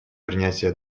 принятия